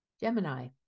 Gemini